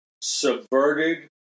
subverted